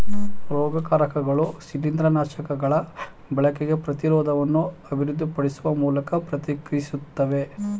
ರೋಗಕಾರಕಗಳು ಶಿಲೀಂದ್ರನಾಶಕಗಳ ಬಳಕೆಗೆ ಪ್ರತಿರೋಧವನ್ನು ಅಭಿವೃದ್ಧಿಪಡಿಸುವ ಮೂಲಕ ಪ್ರತಿಕ್ರಿಯಿಸ್ತವೆ